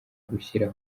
gushyira